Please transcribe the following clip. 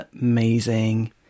Amazing